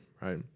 right